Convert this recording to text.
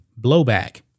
blowback